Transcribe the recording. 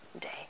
day